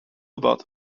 about